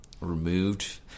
removed